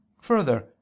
further